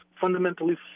fundamentally